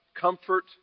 comfort